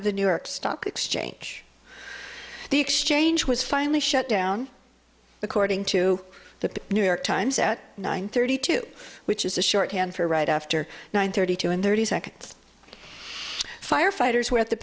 of the new york stock exchange the exchange was finally shut down according to the new york times at nine thirty two which is the shorthand for right after nine thirty two and thirty seconds firefighters were at the